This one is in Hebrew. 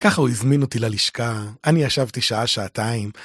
כך הוא הזמין אותי ללשכה, אני ישבתי שעה-שעתיים.